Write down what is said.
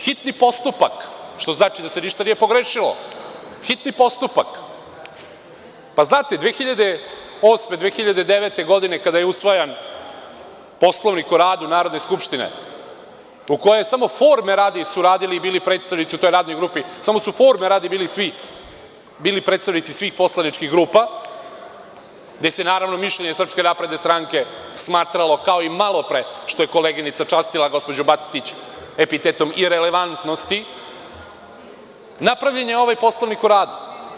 Hitni postupak što znači da se ništa nije pogrešilo, hitni postupak, znate 2008. godine, 2009. godine kada je usvajan Poslovnik o radu Narodne skupštine u kojem su samo forme radi, radili i bili predstavnici u toj radnoj grupi predstavnici svih poslaničkih grupa, gde se naravno mišljenje SNS smatralo kao i malopre, što je koleginica častila gospođu Batić epitetom irelevantnosti, napravljene je ovaj Poslovnik o radu.